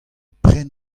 pren